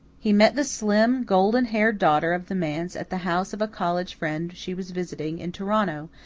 he met the slim, golden-haired daughter of the manse at the house of a college friend she was visiting in toronto,